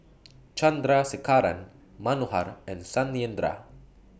Chandrasekaran Manohar and Satyendra